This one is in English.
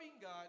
God